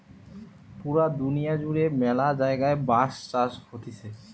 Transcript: পুরা দুনিয়া জুড়ে ম্যালা জায়গায় বাঁশ চাষ হতিছে